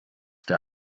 der